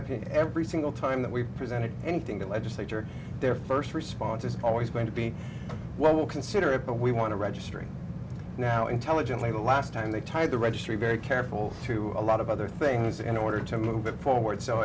opinion every single time that we've presented anything the legislature their first response is always going to be well we'll consider it but we want to registering now intelligently the last time they tied the registry very careful through a lot of other things in order to move it forward so